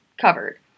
covered